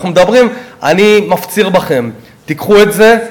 אני מפציר בכם: תיקחו את זה.